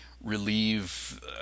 relieve